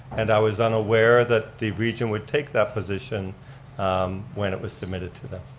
and i was unaware that the region would take that position when it was submitted to them.